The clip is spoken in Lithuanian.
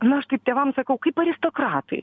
nu aš taip tėvam sakau kaip aristokratai